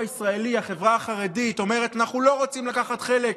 תודה רבה, נא לרדת.